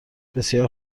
بسیار